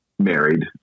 married